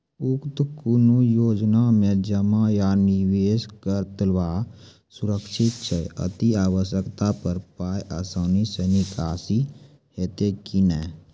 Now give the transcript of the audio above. उक्त कुनू योजना मे जमा या निवेश कतवा सुरक्षित छै? अति आवश्यकता पर पाय आसानी सॅ निकासी हेतै की नै?